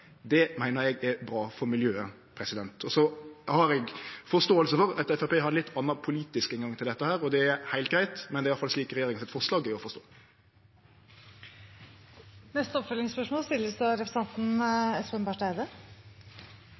Det meiner eg er bra for miljøet. Eg har forståing for at Framstegspartiet har ein litt annan politisk inngang til dette, og det er heilt greitt, men det er i alle fall slik regjeringa sitt forslag er å forstå. Det åpnes for oppfølgingsspørsmål – først Espen Barth Eide.